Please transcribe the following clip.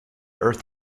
earth